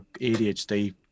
ADHD